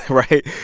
right?